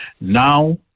Now